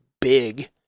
big